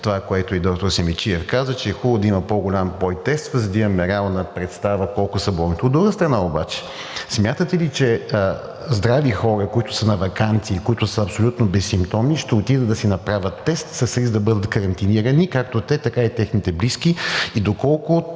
Това, което и доктор Симидчиев каза, че е хубаво да има по-голям брой тестове, за да имаме реална представа колко са болните. От друга страна обаче, смятате ли, че здрави хора, които са на ваканция и които са абсолютно безсимптомни, ще отидат да си направят тест с риск да бъдат карантинирани както те, така и техните близки, и доколко